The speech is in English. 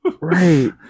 Right